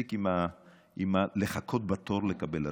נפסיק עם הלחכות בתור לקבל ארגז.